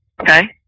Okay